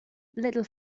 little